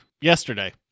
yesterday